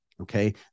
okay